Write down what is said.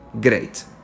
great